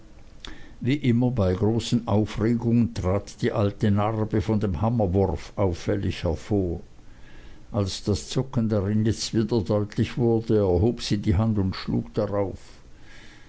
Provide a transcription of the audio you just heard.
wie immer bei großen aufregungen trat die alte narbe von dem hammerwurf auffällig hervor als das zucken darin jetzt wieder deutlich wurde erhob sie die hand und schlug darauf